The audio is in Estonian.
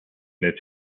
need